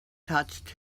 touched